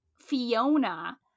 Fiona